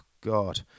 god